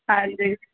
ਹਾਂਜੀ